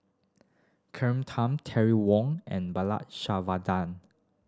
Tham Terry Wong and Bala